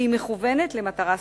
והיא מכוונת למטרה ספציפית.